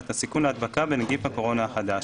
את הסיכון להדבקה בנגיף הקורונה החדש,